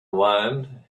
wine